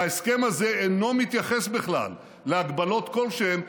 וההסכם הזה אינו מתייחס בכלל להגבלות כלשהן,